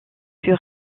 fut